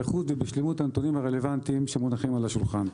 באיכות ובשלמות הנתונים הרלוונטיים שמונחים על השולחן.